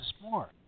more